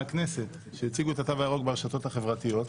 הכנסת שהציגו את התו הירוק ברשתות החברתיות.